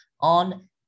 on